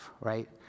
right